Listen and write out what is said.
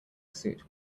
suit